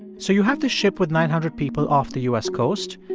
so you have the ship with nine hundred people off the u s. coast.